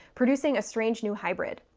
producing a strange new hybrid.